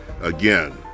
again